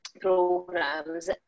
programs